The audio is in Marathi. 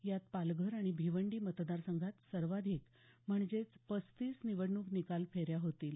यात पालघर आणि भिवंडी मतदारसंघात सर्वाधिक म्हणजेच पस्तीस निवडणूक निकाल फेऱ्या होतील